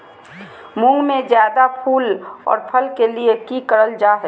मुंग में जायदा फूल और फल के लिए की करल जाय?